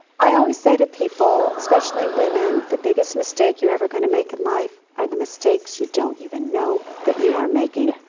i always say to people, especially women, the biggest mistake you're ever gonna make in life are the mistakes you don't even that you are making.